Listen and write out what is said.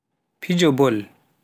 fijo Bol